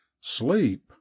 sleep